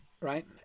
Right